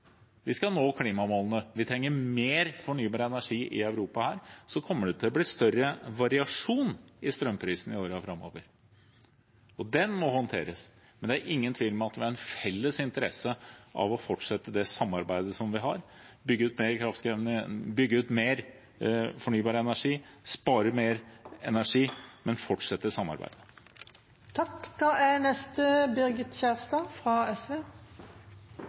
vi trenger mer fornybar energi i Europa, kommer det til å bli større variasjon i strømprisene i årene framover – og den må håndteres. Men det er ingen tvil om at vi har en felles interesse av å fortsette det samarbeidet som vi har – bygge ut mer fornybar energi, spare mer energi, men fortsette samarbeidet. Det er ikkje sånn at SV